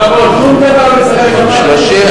שום דבר לא מספק אותך.